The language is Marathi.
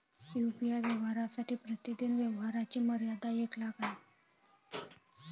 यू.पी.आय व्यवहारांसाठी प्रतिदिन व्यवहारांची मर्यादा एक लाख आहे